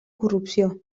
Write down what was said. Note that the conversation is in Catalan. corrupció